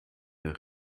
der